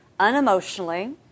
unemotionally